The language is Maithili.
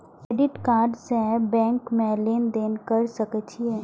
क्रेडिट कार्ड से बैंक में लेन देन कर सके छीये?